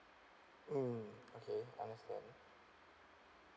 mm okay understand